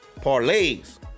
parlays